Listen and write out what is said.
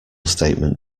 statement